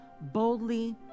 boldly